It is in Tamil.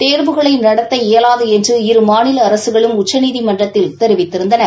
தேர்வுகளை நடத்த இயலாது என்று இரு மாநில அரசுகளும் உச்சநீதிமன்றத்தில் தெரிவித்திருந்தன